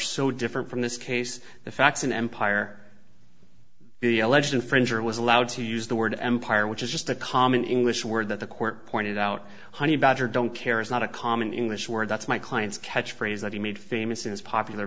so different from this case the facts an empire the alleged infringer was allowed to use the word empire which is just a common english word that the court pointed out honey badger don't care is not a common english word that's my client's catchphrase that he made famous in his popular